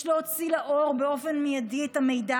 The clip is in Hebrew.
יש להוציא לאור באופן מיידי את המידע